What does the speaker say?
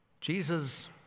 Jesus